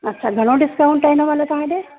अच्छा घणो डिस्काउंट आहे हिन महिल तव्हां ॾे